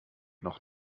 noch